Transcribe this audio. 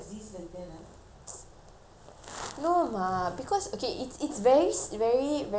no அம்மா:amma because okay it's it's very very very similar to how um